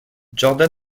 jordan